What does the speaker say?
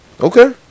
okay